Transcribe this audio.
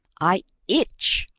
i itch,